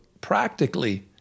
practically